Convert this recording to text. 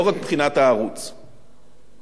השני,